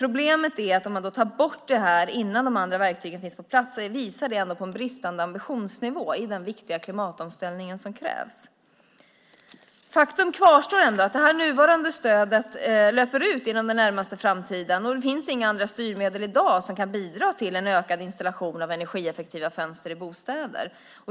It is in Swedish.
Om man emellertid tar bort stödet innan de nya verktygen finns på plats visar det på en bristande ambitionsnivå i den viktiga klimatomställning som krävs. Faktum kvarstår att det nuvarande stödet löper ut inom den närmaste framtiden, och i dag finns inga andra styrmedel som kan bidra till en ökad installation av energieffektiva fönster i bostäder.